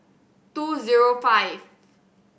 two zero five